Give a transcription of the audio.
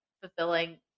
fulfilling